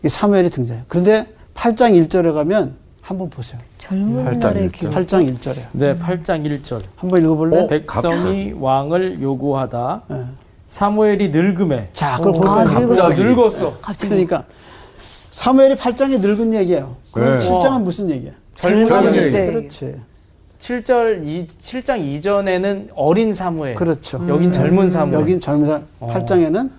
이 사무엘이 등장해요. 그런데 팔 장 일 절에 가면 한번 보세요. 젊은 팔 장 날의 일 절. 팔 장 일 절이에요. 네, 팔 장 일 절. 한번 읽어볼래? 백성이 어? 왕을 요구하다. 네. 사무엘이 늙음에. 자, 그걸 볼 아, 거예요. 늙었어. 갑자기. 늙었어. 네, 갑자기. 그러니까 사무엘이 팔 장에 늙은 얘기예요. 그럼 네. 칠 장은 와. 무슨 얘기야? 젊은 젊은 얘기. 때. 그렇지. 칠 절 이- 칠 장 이전에는 어린 사무엘. 그렇죠. 여긴 음. 젊은 사무엘. 여긴 젊은 사- 팔 장에는